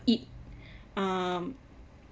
eat um